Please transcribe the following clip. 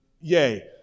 yay